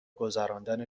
گذراندن